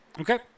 Okay